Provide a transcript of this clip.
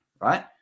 right